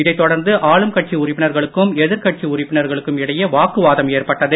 இதை தொடர்ந்து ஆளும் கட்சி உறுப்பினர்களுக்கும் எதிர்கட்சி உறுப்பினர்களுக்கும் இடையே வாக்குவாதம் ஏற்பட்டது